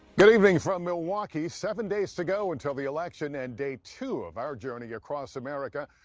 good evening from milwaukee. seven days to go until the election and day two of our journey across america.